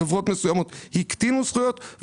בחברות מסוימות הקטינו זכויות.